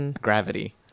gravity